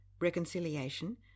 reconciliation